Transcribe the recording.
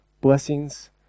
blessings